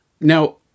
Now